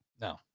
No